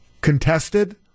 contested